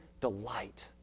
delight